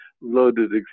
loaded